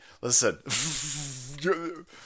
Listen